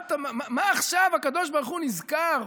מה עכשיו הקדוש ברוך הוא נזכר,